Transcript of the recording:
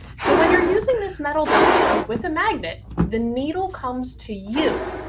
so when you're using this metal detector with a magnet the needle comes to you.